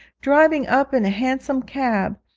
driving up in a hansom cab,